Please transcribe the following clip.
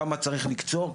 כמה צריך לקצור,